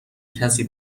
کسی